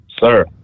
sir